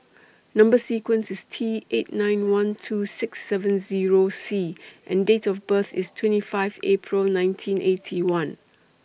Number sequence IS T eight nine one two six seven Zero C and Date of birth IS twenty five April nineteen Eighty One